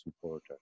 supporter